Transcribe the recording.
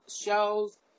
shows